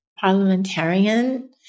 parliamentarian